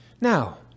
Now